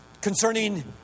Concerning